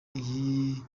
iyi